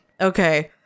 Okay